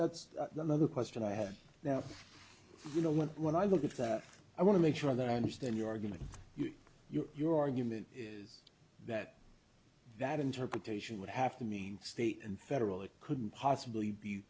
that's the other question i have now you know when when i look at that i want to make so that i understand your giving you your argument is that that interpretation would have to mean state and federal it couldn't possibly be